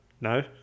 No